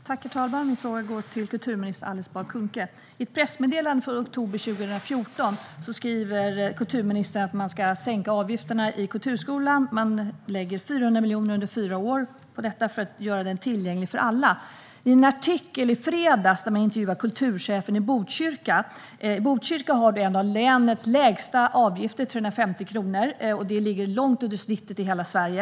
Herr talman! Min fråga går till kulturminister Alice Bah Kuhnke. I ett pressmeddelande från oktober 2014 skriver kulturministern att man ska sänka avgifterna i kulturskolan. Man lägger 400 miljoner under fyra år på detta för att göra den tillgänglig för alla. I en artikel i fredags intervjuade man kulturchefen i Botkyrka - Botkyrka har en av länets lägsta avgifter, 350 kronor, vilket ligger långt under snittet i Sverige.